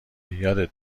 یادت